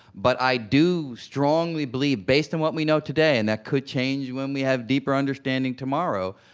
but i do strongly believe, based on what we know today, and that could change when we have deeper understanding tomorrow,